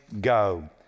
go